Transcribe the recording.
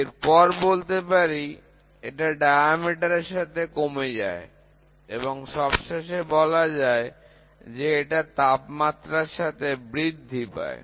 এরপর বলতে পারি এটা ব্যাস এর সাথে কমে যায় এবং সবশেষে বলা যায় যে তাপমাত্রার সাথে বৃদ্ধি পায়